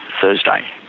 Thursday